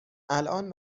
الآن